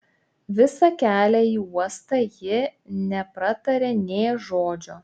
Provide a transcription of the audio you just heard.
visą kelią į uostą ji nepratarė nė žodžio